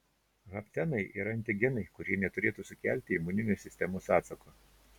haptenai yra antigenai kurie neturėtų sukelti imuninės sistemos atsako